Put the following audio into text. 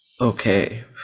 Okay